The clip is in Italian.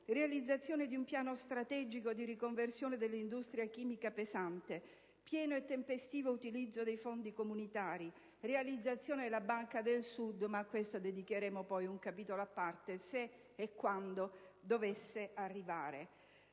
realizzazione di un piano strategico di riconversione dell'industria chimica pesante, pieno e tempestivo utilizzo dei fondi comunitari, realizzazione della Banca del Sud. Ma a questo dedicheremo poi un capitolo a parte, se e quando dovesse arrivare.